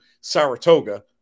Saratoga